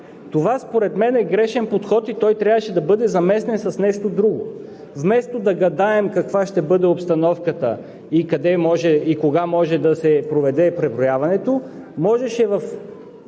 Това според мен е грешен подход и той трябваше да бъде заместен с нещо друго. Вместо да гадаем каква ще бъде обстановката и кога може да се проведе преброяването, можеше в